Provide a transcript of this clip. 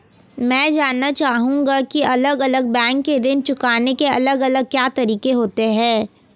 मैं जानना चाहूंगा की अलग अलग बैंक के ऋण चुकाने के अलग अलग क्या तरीके होते हैं?